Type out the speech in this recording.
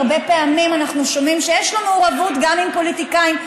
הרבה פעמים אנחנו שומעים שיש לו מעורבות גם עם פוליטיקאים.